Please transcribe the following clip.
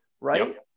Right